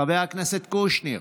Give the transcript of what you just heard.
חבר הכנסת קושניר,